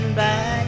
back